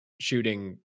shooting